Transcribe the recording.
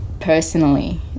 personally